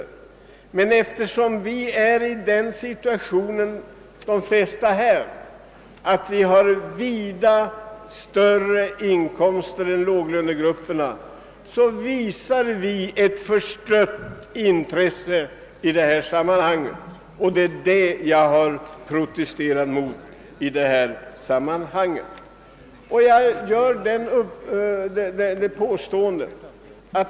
Eftersom de flesta av oss är i den situationen att vi har vida större inkomster än låglönegrupperna, visar vi ett förstrött intresse i denna fråga. Det är det jag har protesterat mot i detta sammanhang.